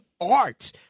art